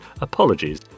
apologies